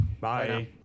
Bye